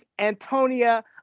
Antonia